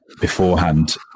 beforehand